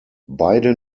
beide